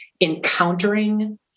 encountering